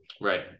right